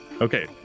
Okay